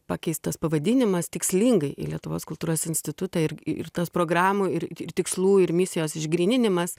pakeistas pavadinimas tikslingai į lietuvos kultūros institutą ir ir tas programų ir ir tikslų ir misijos išgryninimas